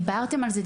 ודיברתם על זה.